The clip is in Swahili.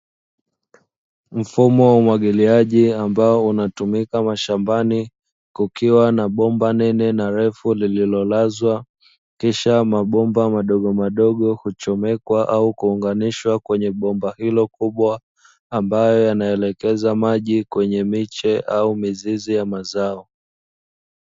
Mfumo wa umwagiliaji ambao unatumika mashambani kukiwa na bomba nene na refu lililolazwa kisha mabomba madogomadogo, kuchomekwa au kuunganishwa kwenye bomba hilo kubwa ambayo yanaelekeza maji kwenye miche au mizizi ya mazao.